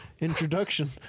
introduction